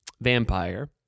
vampire